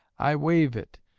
i waive it,